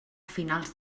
finals